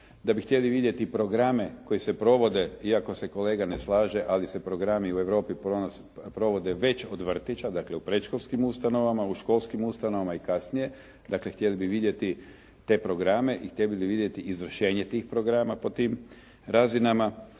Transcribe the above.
da bi htjeli vidjeti programe koji se provode iako se kolega ne slaže ali se programi u Europi provode već od vrtića, dakle u predškolskim ustanovama, školskim ustanovama i kasnije. Dakle, htjeli bi vidjeti te programe i htjeli bi vidjeti izvršenje programa po tim razinama.